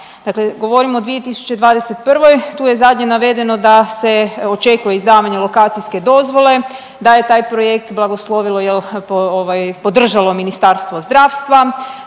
Dakle govorim o 2021., tu je zadnje navedeno da se očekuje izdavanje lokacijske dozvole, da je taj projekt blagoslovilo jel ovaj podržalo Ministarstvo zdravstva,